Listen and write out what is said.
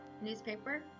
newspaper